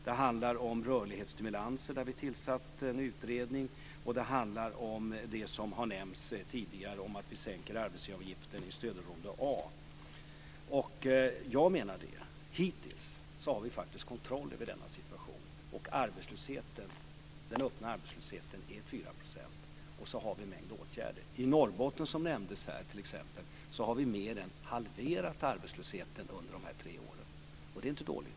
Det handlar om rörlighetsstimulanser, där vi har tillsatt en utredning. Och det handlar om det som har nämnts tidigare om att vi sänker arbetsgivaravgifterna i stödområde A. Jag menar att vi hittills faktiskt har haft kontroll över denna situation. Den öppna arbetslösheten är 4 %, och sedan har vi en mängd åtgärder. I t.ex. Norrbotten som nämndes här har vi mer än halverat arbetslösheten under dessa tre år. Det är inte dåligt.